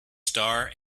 star